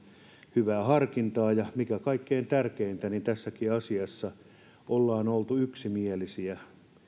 hyvää harkintaa ja mikä kaikkein tärkeintä tässäkin asiassa ollaan oltu yksimielisiä